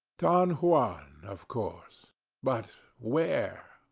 don juan, of course but where?